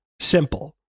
simple